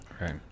right